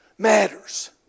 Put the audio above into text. matters